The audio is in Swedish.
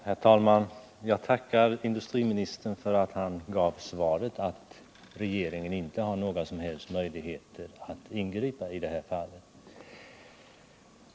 Herr talman! Jag tackar industriministern för att han klargjorde i sitt svar att regeringen inte har några som helst möjligheter att ingripa i det här fallet.